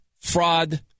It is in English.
fraud